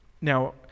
Now